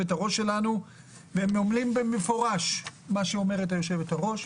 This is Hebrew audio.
הראש שלנו והם אומרים במפורש את מה שאומרת היושבת ראש.